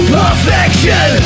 perfection